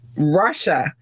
Russia